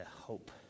hope